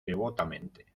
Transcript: devotamente